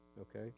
Okay